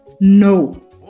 No